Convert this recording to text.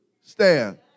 Stand